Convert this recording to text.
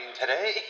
today